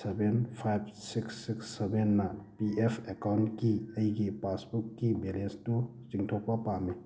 seven ꯐꯥꯏꯕ six six ꯁꯚꯦꯟꯅ P F ꯑꯦꯀꯥꯎꯟꯀꯤ ꯑꯩꯒꯤ ꯄꯥꯁꯕꯨꯛꯀꯤ ꯕꯦꯂꯦꯟꯁꯇꯨ ꯆꯤꯡꯊꯣꯛꯄ ꯄꯥꯝꯃꯤ